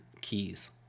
keys